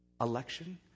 Election